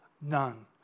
None